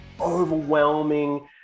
overwhelming